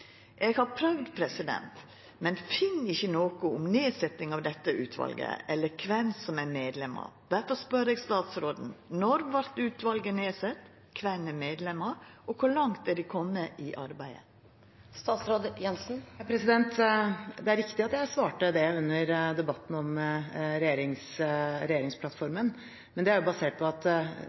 Eg har prøvd, men finn ikkje noko om nedsetjing av dette utvalet, eller kven som er medlemer. Difor spør eg statsråden: Når vart utvalet nedsett, kven er medlemer, og kor langt har dei kome i arbeidet? Det er riktig at jeg svarte det under debatten om regjeringsplattformen, men det er basert på at